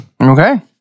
Okay